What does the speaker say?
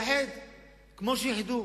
כמו שאיחדו.